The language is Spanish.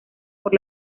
por